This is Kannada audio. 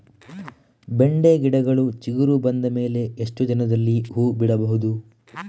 ಬೆಂಡೆ ಗಿಡಗಳು ಚಿಗುರು ಬಂದ ಮೇಲೆ ಎಷ್ಟು ದಿನದಲ್ಲಿ ಹೂ ಬಿಡಬಹುದು?